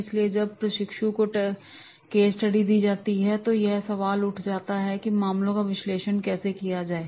इसलिए जब प्रशिक्षु को केस स्टडी दी जाती है तो सवाल यह उठता है कि मामलों का विश्लेषण कैसे किया जाए